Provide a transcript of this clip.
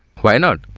why not?